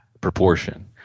proportion